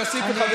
אתה לא מתבייש?